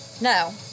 No